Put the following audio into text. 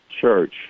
church